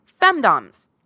femdoms